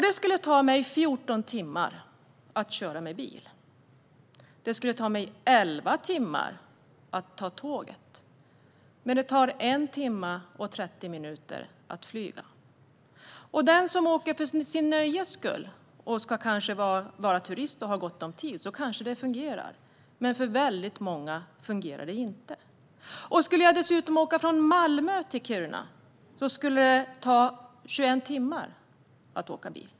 Det skulle ta 14 timmar att köra med bil, och det skulle ta 11 timmar att ta tåget. Men det tar 1 timme och 30 minuter att flyga. Reser man för sitt nöjes skull som turist och har gott om tid kanske det fungerar, men för väldigt många fungerar det inte. Skulle jag åka bil från Malmö till Kiruna skulle det ta 21 timmar.